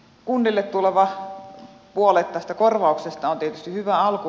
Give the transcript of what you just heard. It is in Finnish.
kunnille tuleva puolet tästä korvauksesta on tietysti hyvä alku